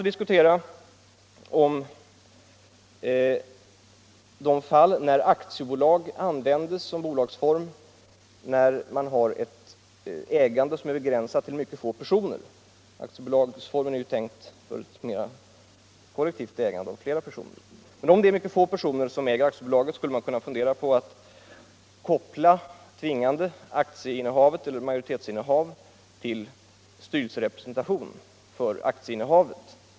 I de fall när aktiebolagsformen används och ägandet är begränsat till mycket få personer — denna företagsform är ju tänkt för ett ägande som fördelas på många personer — borde man kunna fundera på att koppla majoritetsinnehavet till styrelserepresentation.